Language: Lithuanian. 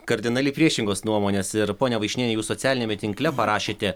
kardinaliai priešingos nuomonės ir ponia vaišniene jūs socialiniame tinkle parašėte